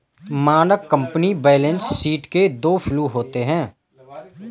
मानक company balance sheet के दो फ्लू होते हैं